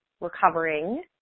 recovering